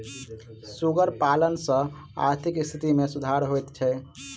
सुगर पालन सॅ आर्थिक स्थिति मे सुधार होइत छै